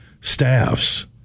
staffs